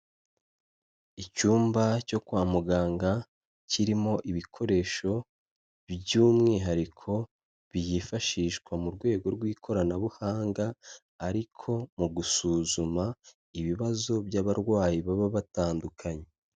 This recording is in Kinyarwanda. Icyumba cyo kwa muganga kirimo ibikoresho by'umwihariko byifashishwa mu rwego rw'ikoranabuhanga ariko mu gusuzuma ibibazo by'abarwayi baba batandukanye.